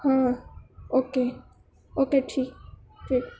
ہاں okay okay ٹھیک ٹھیک